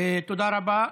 תודה רבה.